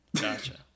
gotcha